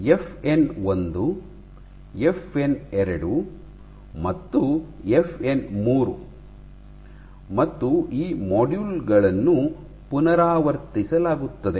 FN1 FN two ಮತ್ತು FN three ಮತ್ತು ಈ ಮಾಡ್ಯೂಲ್ ಗಳನ್ನು ಪುನರಾವರ್ತಿಸಲಾಗುತ್ತದೆ